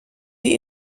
die